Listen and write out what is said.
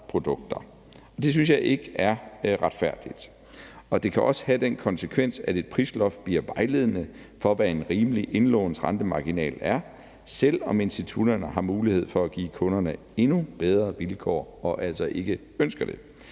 det synes jeg ikke er retfærdigt. Det kan også have den konsekvens, at et prisloft bliver vejledende for, hvad en rimelig indlånsrente marginalt er, selv om institutterne har mulighed for at give kunderne endnu bedre vilkår og altså ikke ønsker det.